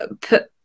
put